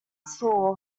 saw